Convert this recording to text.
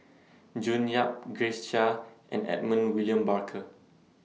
June Yap Grace Chia and Edmund William Barker